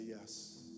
yes